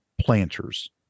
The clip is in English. planters